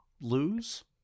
lose